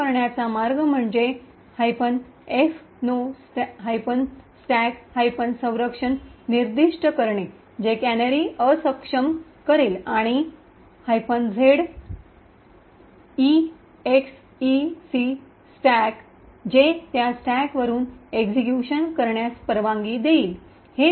ते करण्याचा मार्ग म्हणजे - एफनो स्टॅक संरक्षक निर्दिष्ट करणे जे कॅनरी अक्षम करेल आणि झेड इएक्सइसीस्टॅक जे त्या स्टॅकवरून एक्सिक्यूशन करण्यास परवानगी देईल